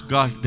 God